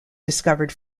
discovered